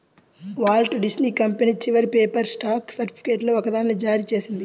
Walt Disney company చివరి paper stock సర్టిఫికేట్లలో ఒకదాన్ని జారీ చేసింది